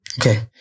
Okay